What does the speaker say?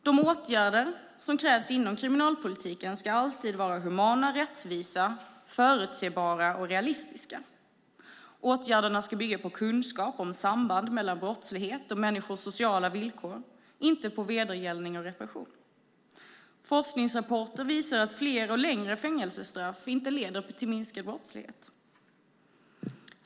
De åtgärder som krävs inom kriminalpolitiken ska alltid vara humana, rättvisa, förutsebara och realistiska. Åtgärderna ska bygga på kunskap om samband mellan brottslighet och människors sociala villkor, inte på vedergällning och repression. Forskningsrapporter visar att fler och längre fängelsestraff inte leder till minskad brottslighet.